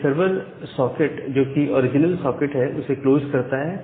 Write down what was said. यह server socket जो की ओरिजिनल सॉकेट है उसे क्लोज करता है